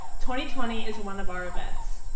twenty twenty is one of our events.